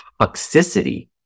toxicity